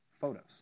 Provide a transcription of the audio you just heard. Photos